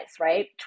right